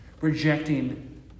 rejecting